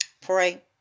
pray